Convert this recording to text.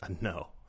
No